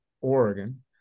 oregon